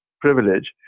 privilege